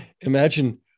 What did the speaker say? imagine